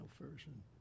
version